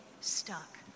stuck